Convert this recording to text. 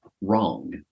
wrong